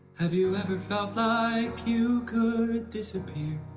have you ever felt like you could disappear?